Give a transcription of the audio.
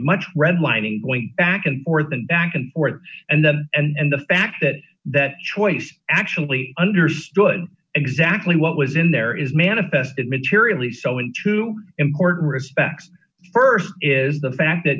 much redlining going back and forth and back and forth and the and the fact that that choice actually understood exactly what was in there is manifested materially so in two important respects st is the fact that